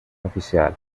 oficial